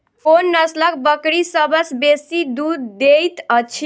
कोन नसलक बकरी सबसँ बेसी दूध देइत अछि?